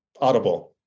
Audible